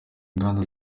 inganda